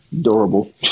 durable